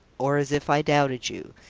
or as if i doubted you.